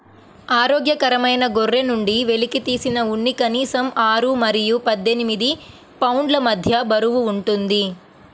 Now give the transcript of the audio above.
ఆరోగ్యకరమైన గొర్రె నుండి వెలికితీసిన ఉన్ని కనీసం ఆరు మరియు పద్దెనిమిది పౌండ్ల మధ్య బరువు ఉంటుంది